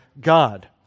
God